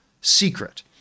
secret